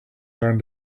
learned